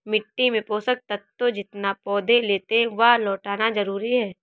मिट्टी से पोषक तत्व जितना पौधे लेते है, वह लौटाना जरूरी है